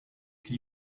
can